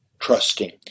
trusting